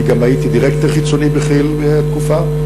אני גם הייתי דירקטור חיצוני בכי"ל תקופה,